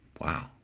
Wow